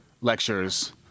lectures